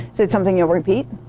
is it something you'd repeat?